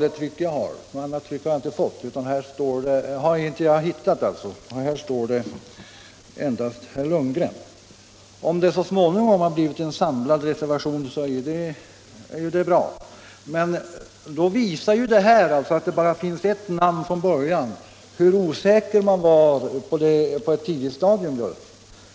det tryck jag har — något annat tryck har jag inte hittat — står endast herr Lundgren upptagen som reservant. Om det så småningom har blivit en samlad reservation är det ju bra, men detta att det bara fanns ett namn från början visar ändå hur osäker man var på ett tidigt stadium.